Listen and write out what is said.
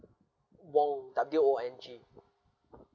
wong W O N G